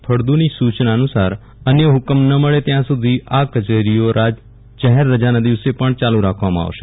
ફળદુની સુચનાનુસાર અન્ય હુકમ ન મળે ત્યાં સુધી આ કચેરીઓ જાહેર રજાના દિવસે પણ યાલુ રાખવામાં આવશે